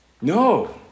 No